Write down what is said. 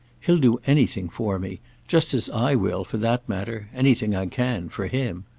he'll do anything for me just as i will, for that matter anything i can for him.